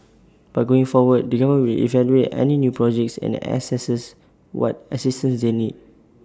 but going forward the government will evaluate any new projects and assess what assistance they need